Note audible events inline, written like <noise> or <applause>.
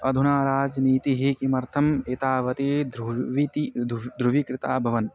अधुना राजनीतिः किमर्थम् एतावती <unintelligible> ध्रुविकृता अभवन्